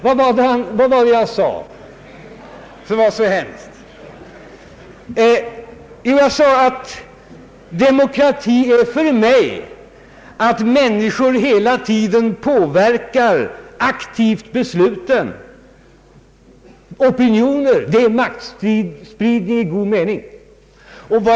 Men vad var det jag sade som var så hemskt? Jag sade att demokrati är för mig att människor hela tiden aktivt påverkar besluten. Opinioner är maktspridning i god mening.